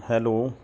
hello